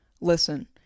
Listen